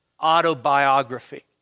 autobiography